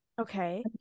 Okay